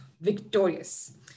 victorious